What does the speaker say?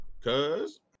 Cause